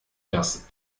das